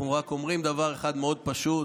אנחנו רק אומרים דבר אחד מאוד פשוט,